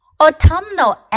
Autumnal